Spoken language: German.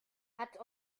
hat